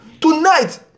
Tonight